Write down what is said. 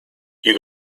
you